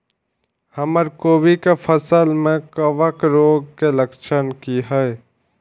हमर कोबी के फसल में कवक रोग के लक्षण की हय?